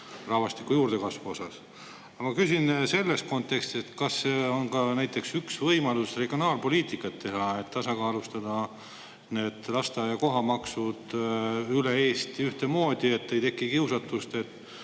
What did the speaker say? rahvastiku juurdekasvu [silmas pidades]. Ma küsin selles kontekstis, et kas see on ka üks võimalus regionaalpoliitikat teha, et tasakaalustada lasteaia kohamaksud üle Eesti ühtemoodi, et ei teki kiusatust